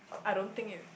I don't think it